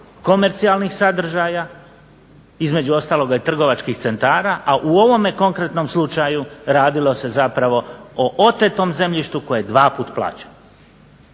komercijalnih sadržaja, između ostaloga i trgovačkih centara, a u ovome konkretnom slučaju radilo se zapravo o otetom zemljištu koje dva put plaćamo.